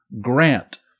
grant